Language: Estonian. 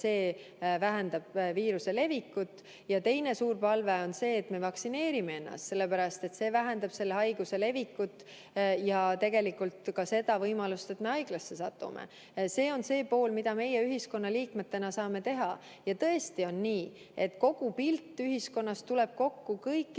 see vähendab viiruse levikut. Ja teine suur palve on see, et me vaktsineerime ennast, sellepärast et see vähendab haiguse levikut ja tegelikult ka võimalust, et me haiglasse sattume. See on see, mida meie ühiskonna liikmetena saame teha. Tõesti on nii, et kogu pilt ühiskonnast tuleb kokku kõikidest